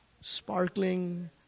Sparkling